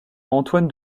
antoine